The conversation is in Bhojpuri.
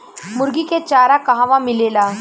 मुर्गी के चारा कहवा मिलेला?